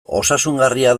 osasungarria